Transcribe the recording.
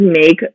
make